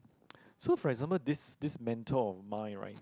so for example this this mentor of mine right